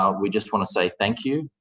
um we just want to say thank you.